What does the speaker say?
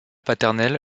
paternel